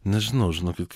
nežinau žinokit